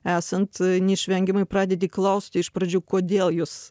esant neišvengiamai pradedi klausti iš pradžių kodėl jūs